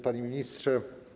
Panie Ministrze!